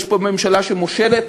יש פה ממשלה שמושלת,